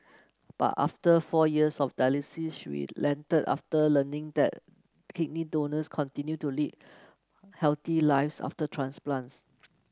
but after four years of dialysis she relented after learning that kidney donors continue to lead healthy lives after transplants